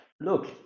Look